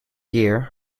year